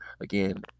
again